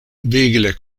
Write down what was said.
vigle